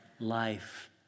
life